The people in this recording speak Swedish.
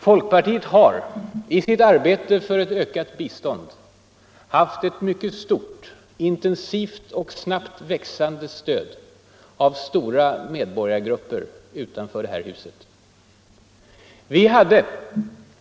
Folkpartiet har i sitt arbete för ett ökat bistånd haft ett mycket stort, intensivt och snabbt växande stöd av stora medborgargrupper utanför det här huset.